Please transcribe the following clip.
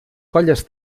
colles